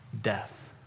death